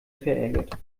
verärgert